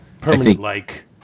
Permanent-like